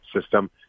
system